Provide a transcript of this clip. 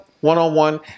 one-on-one